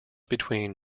between